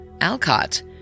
Alcott